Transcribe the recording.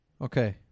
Okay